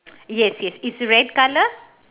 yes yes it's red colour